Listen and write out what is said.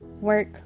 work